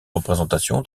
représentation